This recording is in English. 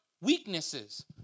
weaknesses